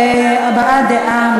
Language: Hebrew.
דיון בוועדה.